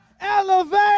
elevate